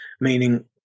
meaning